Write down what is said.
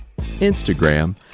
instagram